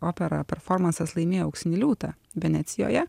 opera performansas laimėjo auksinį liūtą venecijoje